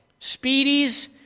Speedies